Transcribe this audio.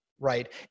Right